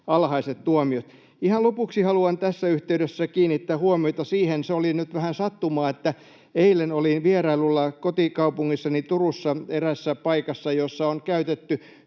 alhaiset tuomiot. Ihan lopuksi haluan tässä yhteydessä kiinnittää huomiota siihen, mikä oli nyt vähän sattumaa, että eilen olin vierailulla kotikaupungissani Turussa eräässä paikassa, jossa on käytetty